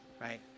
right